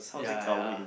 ya ya